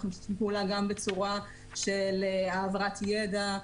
אנחנו משתפים פעולה גם בצורה של העברת ידע,